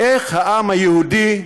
איך העם היהודי,